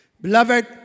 Beloved